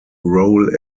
role